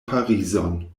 parizon